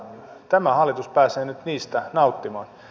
tämä hallitus pääsee nyt niistä nauttimaan